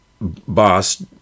boss